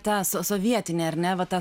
tą so sovietinį ar ne va tą